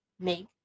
make